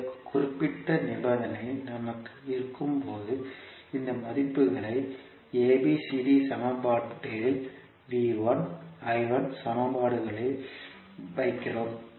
இந்த குறிப்பிட்ட நிபந்தனை நமக்கு இருக்கும்போது இந்த மதிப்புகளை ABCD சமன்பாட்டில் சமன்பாடுகளில் வைக்கிறோம்